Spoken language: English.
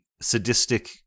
sadistic